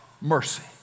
mercy